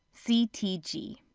c, t, g.